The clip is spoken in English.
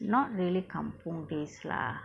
not really kampung days lah